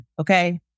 okay